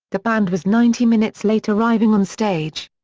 the band was ninety minutes late arriving on stage.